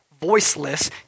voiceless